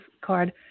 card